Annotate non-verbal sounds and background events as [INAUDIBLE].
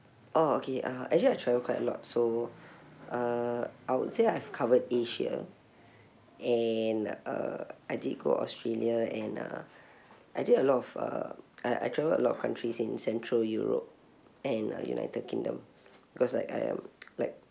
oh okay uh actually I travel quite a lot so [BREATH] uh I would say I've covered asia and uh I did go australia and uh I did a lot of uh I I travel a lot of countries in central europe and uh united kingdom cause like I am like